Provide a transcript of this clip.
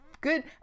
good